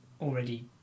already